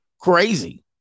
Crazy